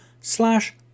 slash